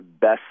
best